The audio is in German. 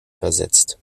versetzt